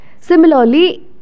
Similarly